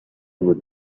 with